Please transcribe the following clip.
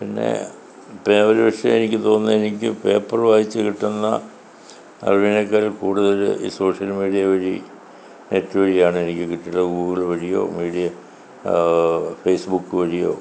പിന്നെ ഇപ്പം ഒരു പക്ഷെ എനിക്ക് തോന്നുന്ന എനിക്ക് പേപ്പറ് വായിച്ചു കിട്ടുന്ന അറിവിനേക്കാളും കൂടുതൽ ഈ സോഷ്യൽ മീഡിയ വഴി നെറ്റ് വഴിയാണ് എനിക്ക് കിട്ടുന്ന ഗൂഗിള് വഴിയോ മീഡിയ ഫേസ്ബുക്ക് വഴിയോ